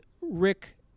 Rick